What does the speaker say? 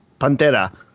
Pantera